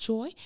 Joy